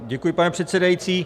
Děkuji, pane předsedající.